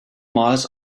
miles